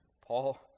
Paul